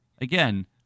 again